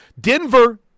Denver